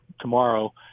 tomorrow